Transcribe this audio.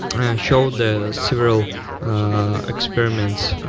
show the several experiments,